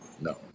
No